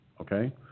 Okay